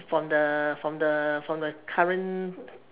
from the from the from the current